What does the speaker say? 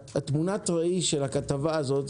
תמונת הראי של הכתבה הזאת,